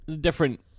different